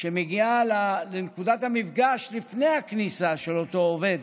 שמגיעה לנקודת המפגש, לפני הכניסה של אותו עובד